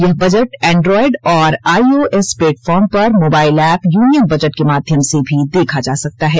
यह budget Android और I O S platform पर मोबाइल ऐप यूनियन बजट के माध्यम से भी देखा जा सकता है